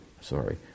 sorry